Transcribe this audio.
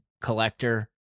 collector